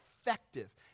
effective